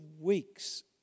weeks